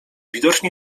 widocznie